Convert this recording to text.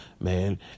man